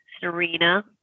Serena